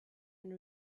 and